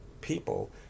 people